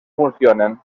funcionen